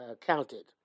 counted